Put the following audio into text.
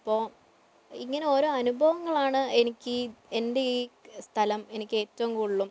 അപ്പോൾ ഇങ്ങനെ ഓരോ അനുഭവങ്ങളാണ് എനിക്ക് എൻ്റെ ഈ സ്ഥലം എനിക്ക് ഏറ്റവും കൂടുതലും